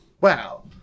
wow